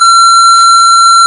כזאת.